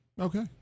Okay